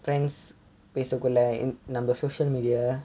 friends பேசுறதுக்குள்ளே நம்ம:pesurathukkulle namma social media